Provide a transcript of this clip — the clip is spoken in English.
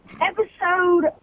episode –